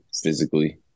physically